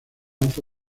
lanza